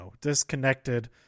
disconnected